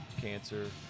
cancer